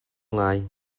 ngai